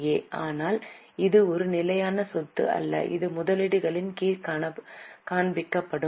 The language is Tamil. ஏ ஆனால் அது ஒரு நிலையான சொத்து அல்ல இது முதலீடுகளின் கீழ் காண்பிக்கப்படும்